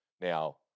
Now